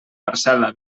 parcel·la